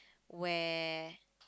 where